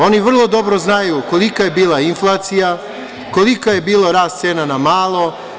Oni vrlo dobro znaju kolika je bila inflacija, koliki je bio rast cena na malo.